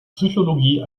psychologie